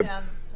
אנחנו סיימנו.